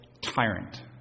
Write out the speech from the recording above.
tyrant